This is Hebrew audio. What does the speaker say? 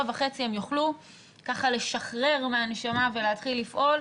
וחצי הם יוכלו ככה לשחרר מהנשמה ולהתחיל לפעול,